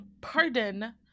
pardon